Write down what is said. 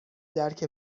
درک